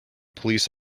police